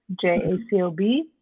J-A-C-O-B